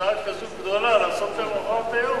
הוצאה כזאת גדולה לעשות למחרת היום?